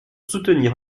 soutenir